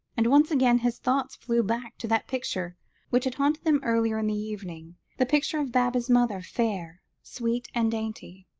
and once again his thoughts flew back to that picture which had haunted them earlier in the evening, the picture of baba's mother fair, sweet, and dainty.